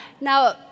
Now